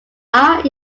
are